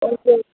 okay